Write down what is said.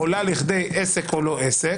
עולה לכדי עסק, לא עסק,